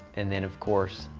and then, of course,